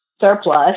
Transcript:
surplus